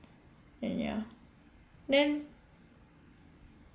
and ya then